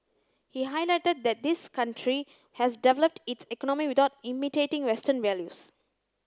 he highlighted that his country has developed its economy without imitating western values